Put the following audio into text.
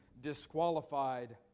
disqualified